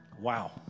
Wow